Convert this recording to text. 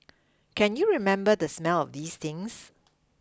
can you remember the smell of these things